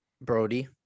Brody